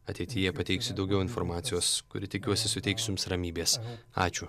ateityje pateiksiu daugiau informacijos kuri tikiuosi suteiks jums ramybės ačiū